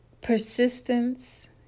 Persistence